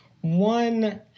one